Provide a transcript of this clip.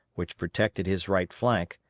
which protected his right flank,